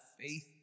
faith